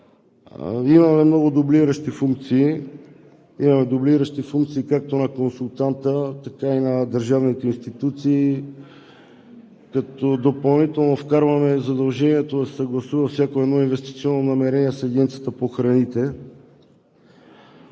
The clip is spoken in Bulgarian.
имаме много дублиращи функции както на консултанта, така и на държавните институции, като допълнително вкарваме задължението да се съгласува всяко едно инвестиционно намерение с Агенцията по храните.